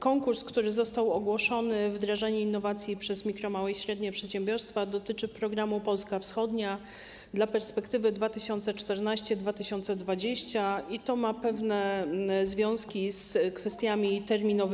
Konkurs, który został ogłoszony, wdrażanie innowacji przez mikro-, małe i średnie przedsiębiorstwa, dotyczy programu ˝Polska Wschodnia˝ dla perspektywy 2014-2020 i ma to pewne związki z kwestiami terminów.